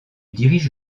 dirige